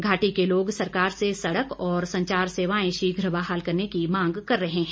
घाटी के लोग सरकार से सड़क और संचार सेवाएं शीघ्र बहाल करने की मांग कर रह हैं